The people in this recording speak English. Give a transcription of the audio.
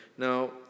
Now